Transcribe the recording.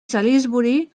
salisbury